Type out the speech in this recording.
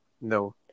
No